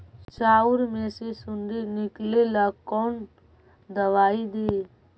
चाउर में से सुंडी निकले ला कौन दवाई दी?